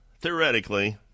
theoretically